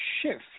shift